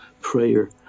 prayer